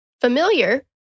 familiar